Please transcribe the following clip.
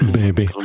baby